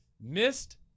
missed